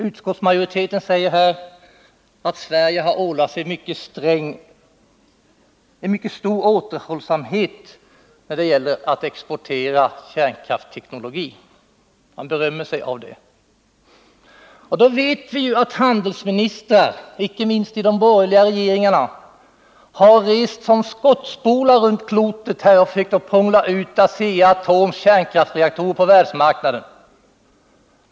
Utskottsmajoriteten berömmer sig av att Sverige har ålagt sig en mycket stor återhållsamhet när det gäller att exportera kärnkraftsteknologi. Då vet vi att handelsministrar, icke minst i de borgerliga regeringarna, har rest som skottspolar runt klotet och försökt prångla ut Asea-Atoms kärnkraftsreaktorer på världsmarknaden.